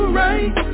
right